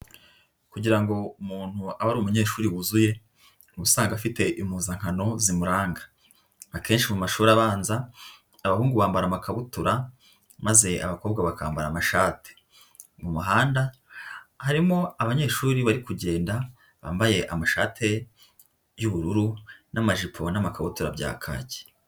Kugira ngo umuntu abe ari umunyeshuri wuzuye, uba usanga afite impuzankano zimuranga. Akenshi mu mashuri abanza, abahungu bambara amakabutura, maze abakobwa bakambara amashati. Mu muhanda harimo abanyeshuri bari kugenda, bambaye amashati y'ubururu n'amajipo n'amakabutura bya kaki.